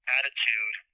attitude